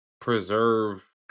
preserve